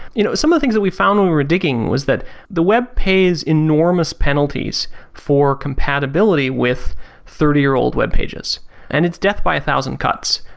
you know, some of the things that we found when we were digging was that the web pays enormous penalties for compatibility with thirty year old web pages and it's death by a thousand cuts,